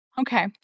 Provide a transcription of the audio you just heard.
Okay